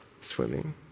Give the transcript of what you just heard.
swimming